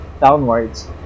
downwards